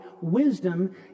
wisdom